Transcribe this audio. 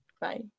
Bye